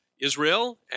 Israel